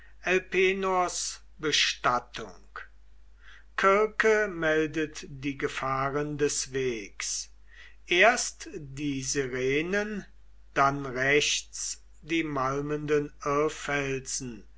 bestattung kirke meldet die gefahren des wegs erst die sirenen dann rechts die malmenden